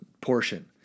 portion